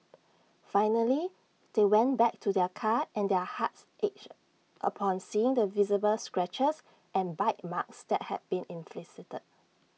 finally they went back to their car and their hearts ached upon seeing the visible scratches and bite marks that had been inflicted